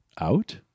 Out